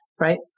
right